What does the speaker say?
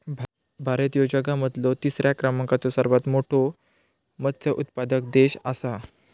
भारत ह्यो जगा मधलो तिसरा क्रमांकाचो सर्वात मोठा मत्स्य उत्पादक देश आसा